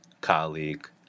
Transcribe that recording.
colleague